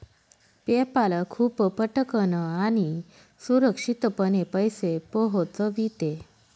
PayPal खूप पटकन आणि सुरक्षितपणे पैसे पोहोचविते